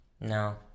No